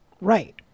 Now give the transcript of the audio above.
Right